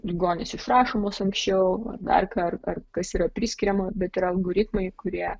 ligonis išrašomas anksčiau ar dar ką ar kas yra priskiriama bet yra algoritmai kurie